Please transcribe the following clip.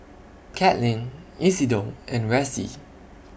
Katlyn Isidor and Ressie